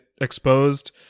exposed